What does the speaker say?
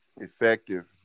effective